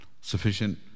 Sufficient